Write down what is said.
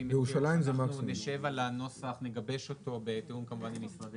אנחנו נגבש את ההצעה כמובן בתיאום עם משרדי